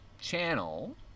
channel